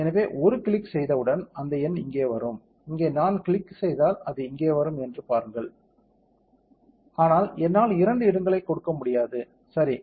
எனவே ஒரு கிளிக் செய்தவுடன் அந்த எண் இங்கே வரும் இங்கே நான் கிளிக் செய்தால் அது இங்கே வரும் என்று பாருங்கள் ஆனால் என்னால் இரண்டு இடங்களை கொடுக்க முடியாது சரி